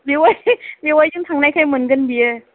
बेवाय बेवायजों थांनायखाय मोनगोन बियो